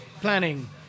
planning